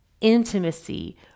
intimacy